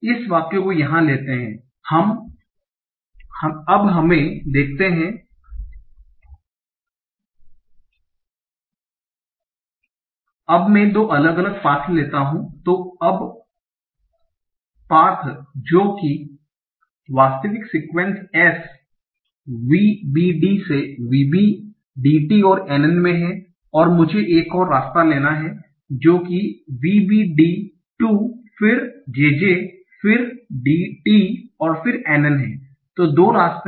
इस वाक्य को यहाँ लेते हैं अब हम देखते हैं अब मैं 2 अलग पाथ्स लेता हू तो अब पाथ जो कि वास्तविक सीक्वन्स S VBD से VB DT और NN में है और मुझे एक और रास्ता लेना है जो कि VBD TO फिर JJ फिर DT और फिर NN है